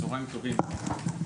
צהריים טובים.